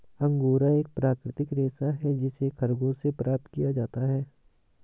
angora एक प्राकृतिक रेशा है जिसे खरगोश से प्राप्त किया जाता है